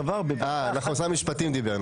כמובן משרד המשפטים דיבר.